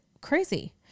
crazy